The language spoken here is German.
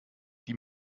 die